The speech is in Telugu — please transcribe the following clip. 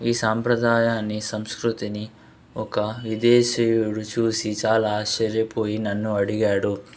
ఈ సాంప్రదాయాన్ని సంస్కృతిని ఒక విదేశీయుడు చూసి చాలా ఆశ్చర్యపోయి నన్ను అడిగాడు